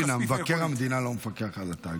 אני לא מבין, מבקר המדינה לא מפקח על התאגיד?